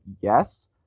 yes